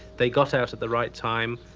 they got out at the right time.